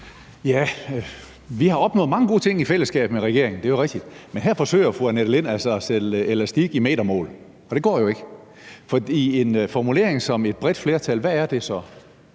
Vi har opnået mange gode ting i fællesskab med regeringen; det er jo rigtigt. Men her forsøger fru Annette Lind altså at sælge elastik i metermål, og det går jo ikke. For med en formulering som et bredt flertal er